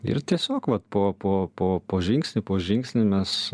ir tiesiog vat po po po po žingsnį po žingsnį mes